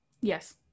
Yes